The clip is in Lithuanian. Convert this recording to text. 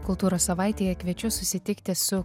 kultūros savaitėje kviečiu susitikti su